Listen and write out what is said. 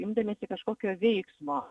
imdamiesi kažkokio veiksmo